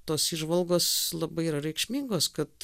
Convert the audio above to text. tos įžvalgos labai yra reikšmingos kad